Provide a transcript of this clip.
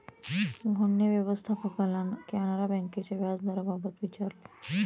मोहनने व्यवस्थापकाला कॅनरा बँकेच्या व्याजदराबाबत विचारले